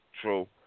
True